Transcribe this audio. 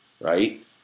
right